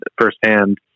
firsthand